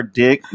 dick